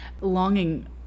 longing